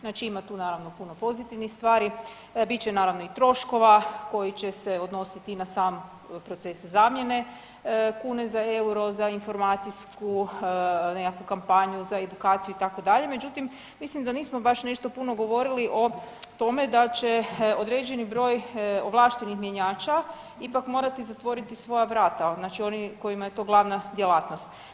Znači ima tu, naravno, puno pozitivnih stvari, bit će naravno i troškova, koji će se odnositi na sam proces zamjene kune za euro, za informacijsku nekakvu kampanju, za edukaciju, itd., međutim, mislim da nismo baš nešto puno govorili o tome da će određeni broj ovlaštenih mjenjača ipak morati zatvoriti svoja vrata, znači oni kojima je to glavna djelatnost.